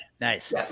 nice